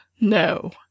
No